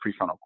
prefrontal